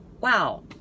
Wow